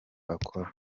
akora